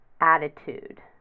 attitude